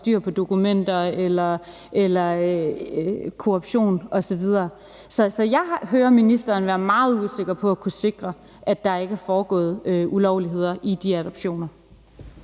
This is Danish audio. styr på dokumenter, i forhold til korruption osv. Så jeg hører ministeren være meget usikker med hensyn til at kunne sige, at der ikke er foregået ulovligheder i forbindelse